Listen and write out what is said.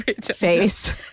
face